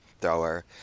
thrower